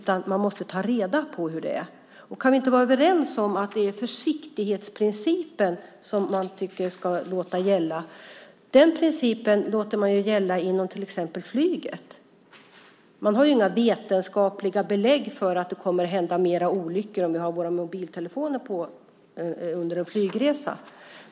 Men man måste ta reda på hur det är. Kan vi inte vara överens om att det är försiktighetsprincipen som man ska låta gälla? Den principen låter man ju gälla inom till exempel flyget. Man har inga vetenskapliga belägg för att det kommer att hända fler olyckor om vi har våra mobiltelefoner på under en flygresa.